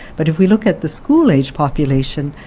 but if we look at the school-age population,